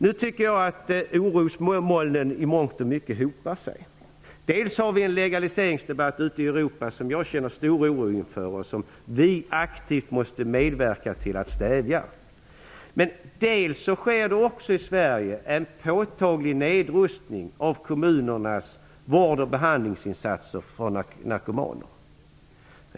Nu tycker jag att orosmolnen i mångt och mycket hopar sig. Dels förs ute i Europa en legaliseringsdebatt, som jag känner stor oro inför och som vi aktivt måste medverka till att stävja. Dels sker också i Sverige en påtaglig nedrustning av kommunernas vård och behandlingsinsatser för narkomaner.